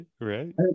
right